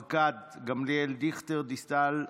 ניר ברקת, גילה גמליאל, אבי דיכטר, גלית דיסטל,